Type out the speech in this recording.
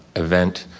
event.